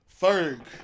Ferg